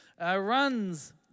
runs